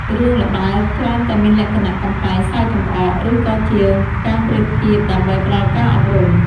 រឿងល្បើកច្រើនតែមានលក្ខណៈកំប្លែងសើចចំអក ឬក៏ជាការប្រៀបធៀបដើម្បីផ្ដល់ការអប់រំ។